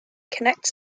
connects